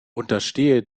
unterstehe